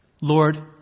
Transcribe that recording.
Lord